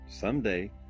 Someday